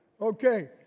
Okay